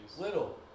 Little